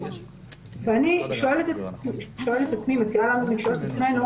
--- ואני שואלת את עצמי ומציעה לשאול את עצמנו,